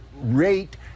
rate